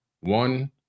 one